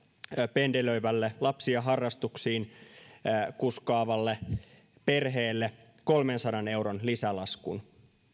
pendelöivälle lapsia harrastuksiin kuskaavalle perheelle kolmensadan euron lisälaskun